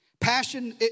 Passion